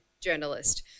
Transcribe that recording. journalist